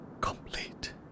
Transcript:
complete